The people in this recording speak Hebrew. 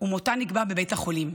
ומותה נקבע בבית החולים.